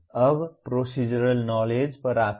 अब procedural knowledge पर आते हैं